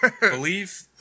Believe